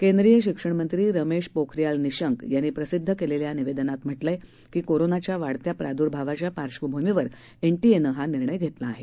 केंद्रीय शिक्षण मंत्री रमेश पोखरियाल निःशंक यांनी प्रसिद्ध केलेल्या निवेदनात म्हटलयं की कोरोनाच्या वाढत्या प्रादुर्भावाच्या पार्श्वभूमीवर एनटीएनं हा निर्णय घेतला आहे